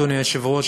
אדוני היושב-ראש,